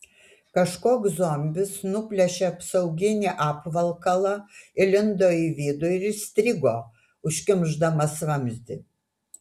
kažkoks zombis nuplėšė apsauginį apvalkalą įlindo į vidų ir įstrigo užkimšdamas vamzdį